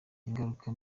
ingaruka